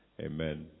Amen